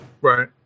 Right